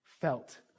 felt